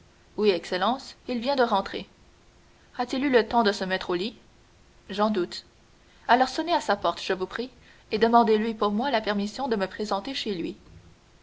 oui excellence il vient de rentrer a-t-il eu le temps de se mettre au lit j'en doute alors sonnez à sa porte je vous prie et demandez-lui pour moi la permission de me présenter chez lui